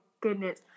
goodness